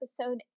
Episode